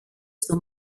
στο